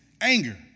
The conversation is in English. Anger